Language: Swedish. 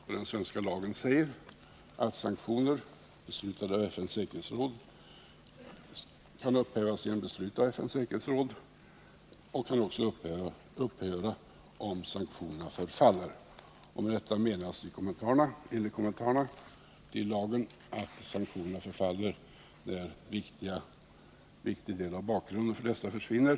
Och den svenska lagen säger att sanktioner, beslutade av FN:s säkerhetsråd, kan upphävas dels genom beslut i säkerhetsrådet, dels om sanktionerna förfaller. Med det sistnämnda menas enligt kommentarerna till lagen att sanktioner förfaller när en viktig del av bakgrunden för dessa försvinner.